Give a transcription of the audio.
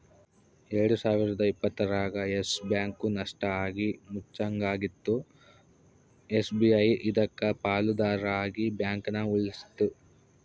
ಎಲ್ಡು ಸಾವಿರದ ಇಪ್ಪತ್ತರಾಗ ಯಸ್ ಬ್ಯಾಂಕ್ ನಷ್ಟ ಆಗಿ ಮುಚ್ಚಂಗಾಗಿತ್ತು ಎಸ್.ಬಿ.ಐ ಇದಕ್ಕ ಪಾಲುದಾರ ಆಗಿ ಬ್ಯಾಂಕನ ಉಳಿಸ್ತಿ